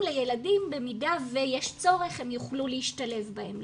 לילדים ובמידה שיש צורך הם יוכלו להשתלב בהם.